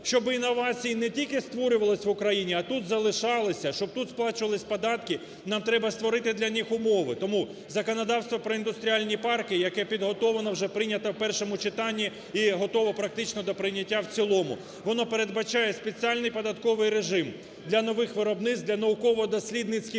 щоби інновації не тільки створювались в Україні, а тут залишалися, щоб тут сплачувались податки, нам треба створити для них умови. Тому законодавство про індустріальні парки, яке підготовлено вже і прийнято в першому читанні і готове практично до прийняття в цілому, воно передбачає спеціальний податковий режим для нових виробництв, для науково-дослідницьких